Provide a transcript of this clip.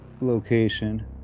location